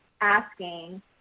asking